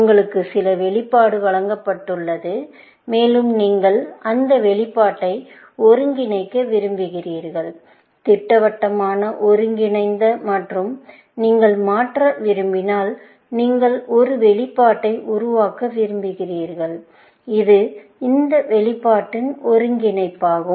உங்களுக்கு சில வெளிப்பாடு வழங்கப்பட்டுள்ளது மேலும் நீங்கள் அந்த வெளிப்பாட்டை ஒருங்கிணைக்க விரும்புகிறீர்கள் திட்டவட்டமான ஒருங்கிணைந்த மற்றும் நீங்கள் மாற்ற விரும்பினால் நீங்கள் ஒரு வெளிப்பாட்டை உருவாக்க விரும்புகிறீர்கள் இது இந்த வெளிப்பாட்டின் ஒருங்கிணைப்பாகும்